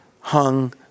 hung